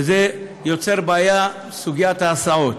וזה יוצר בעיה סוגיית ההסעות.